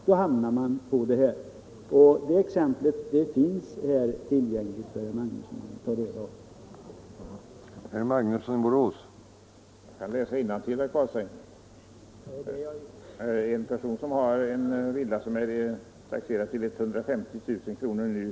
Då hamnar man på de här beloppen, och detta exempel finns tillgängligt för herr Magnusson att ta del av.